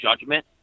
judgment